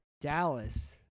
Dallas